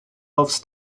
aufs